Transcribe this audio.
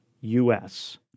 U-S